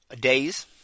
days